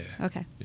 Okay